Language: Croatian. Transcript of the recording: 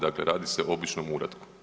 Dakle, radi se o običnom uratku.